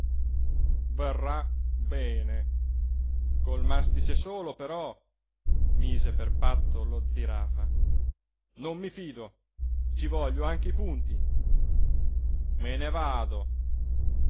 verrà bene col mastice solo però mise per patto lo zirafa non mi fido ci voglio anche i punti me ne vado